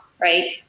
right